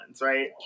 right